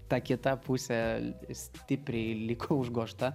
ta kita pusė stipriai liko užgožta